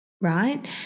Right